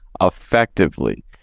effectively